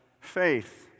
faith